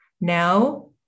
Now